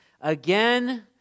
again